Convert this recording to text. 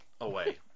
Away